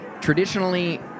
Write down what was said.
traditionally